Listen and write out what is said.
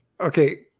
Okay